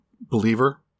believer